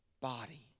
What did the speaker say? body